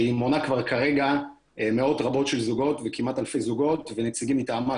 שהיא מונה כבר כרגע מאות רבות של זוגות וכמעט אלפי זוגות ונציגים מטעמה,